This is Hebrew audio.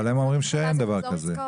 אבל הם אומרים שאין דבר כזה.